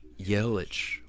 Yelich